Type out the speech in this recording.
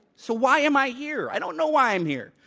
so why am i here? i don't know why i'm here.